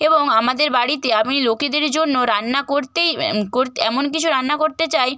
এবং আমাদের বাড়িতে আমি লোকেদের জন্য রান্না করতেই করতে এমন কিছু রান্না করতে চাই